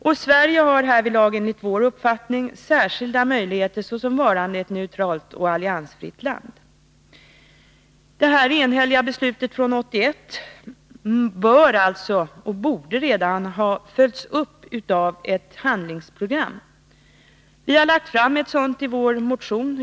Sverige har härvidlag enligt vår uppfattning särskilda möjligheter såsom varande ett neutralt och alliansfritt land. 1981 års enhälliga beslut i zonfrågan borde redan ha följts upp med ett handlingsprogram. I vår motion 1252 har vi skisserat ett sådant handlingsprogram.